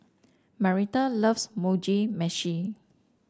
Marita loves Mugi Meshi